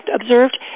observed